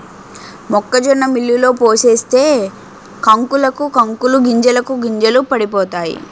మొక్కజొన్న మిల్లులో పోసేస్తే కంకులకు కంకులు గింజలకు గింజలు పడిపోతాయి